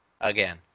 again